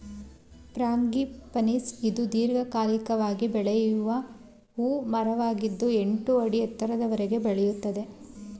frangipanis ಇದು ದೀರ್ಘಕಾಲಿಕವಾಗಿ ಬೆಳೆಯುವ ಹೂ ಮರವಾಗಿದ್ದು ಎಂಟು ಅಡಿ ಎತ್ತರದವರೆಗೆ ಬೆಳೆಯುತ್ತದೆ